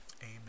Amen